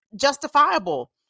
justifiable